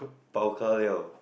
bao ga liao